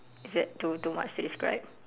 is that too too much to describe